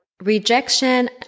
Rejection